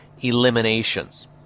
eliminations